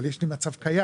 אבל יש לי מצב קיים,